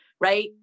right